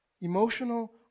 Emotional